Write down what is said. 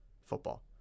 football